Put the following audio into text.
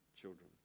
children